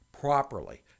properly